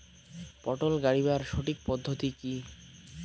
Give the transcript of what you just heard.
পটল গারিবার সঠিক পদ্ধতি কি?